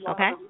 Okay